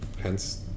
hence